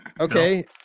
Okay